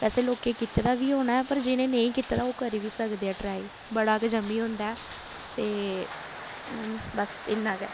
वैसे लोकें कीते दा बी होना ऐ पर जि'नें नेईं कीते दा ओह् करी बी सकदे न ट्राई बड़ा गै जम्मी होंदा ऐ एह् ते बस इन्ना गै